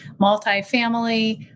multifamily